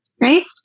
Right